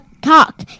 talk